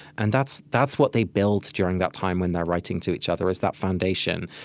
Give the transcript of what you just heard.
and that's that's what they build, during that time when they're writing to each other, is that foundation.